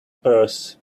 purse